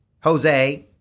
Jose